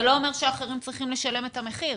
זה לא אומר שאחרים צריכים לשלם את המחיר.